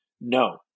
No